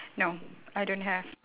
no I don't have